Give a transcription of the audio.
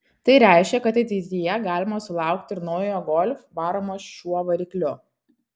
tai reiškia kad ateityje galima sulaukti ir naujojo golf varomo šiuo varikliu